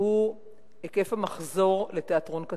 שהוא היקף המחזור לתיאטרון קטן.